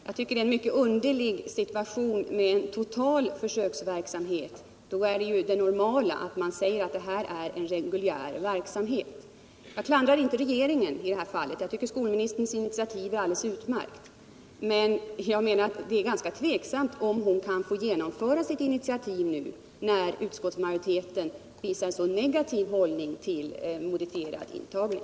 Jag tycker det är en mycket underlig situation med total försöksverksamhet. Det normala skulle vara att kalla det för reguljär verksamhet. Jag klandrar inte regeringen i detta fall. Jag tycker att skolministerns initiativ är alldeles utmärkt. Men det är ovisst om hon kan få genomföra sitt initiativ nu när utskottsmajoriteten intar en så negativ hållning till modifierad intagning.